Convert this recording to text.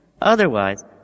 otherwise